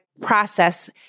process